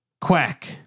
Quack